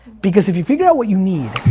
because if you figure out what you need.